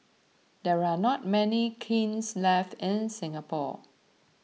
there are not many kilns left in Singapore